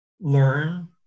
learn